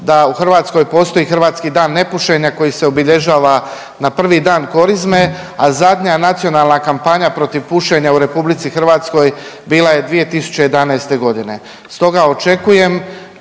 da u Hrvatskoj postoji hrvatski Dan nepušenja koji se obilježava na prvi dan Korizme, a zadnje nacionalna kampanja protiv pušenja u RH bila je 2011. godine.